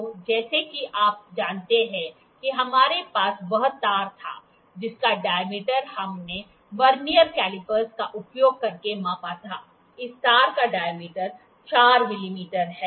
तो जैसा कि आप जानते हैं कि हमारे पास वह तार था जिसका डायमीटर हमने वेनिअर कैलिपर का उपयोग करके मापा था इस तार का डायमीटर 4 मिमी है